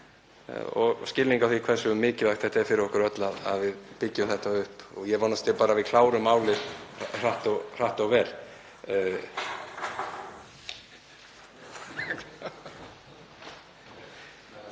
og skilning á því hversu mikilvægt það er fyrir okkur öll að við byggjum þetta upp og ég vonast til að við klárum málið hratt og vel.